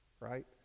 Right